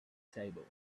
table